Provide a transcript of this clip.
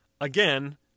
again